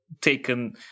taken